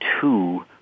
two